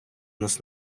нас